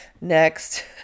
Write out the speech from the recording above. Next